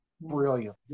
brilliant